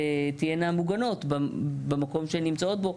תהיינה מוגנות במקום שהן נמצאות בו.